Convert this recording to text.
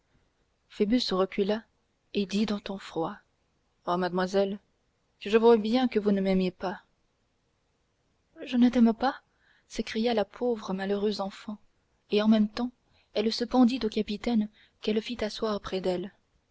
phoebus recula et dit d'un ton froid oh mademoiselle que je vois bien que vous ne m'aimez pas je ne t'aime pas s'écria la pauvre malheureuse enfant et en même temps elle se pendit au capitaine qu'elle fit asseoir près d'elle